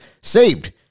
saved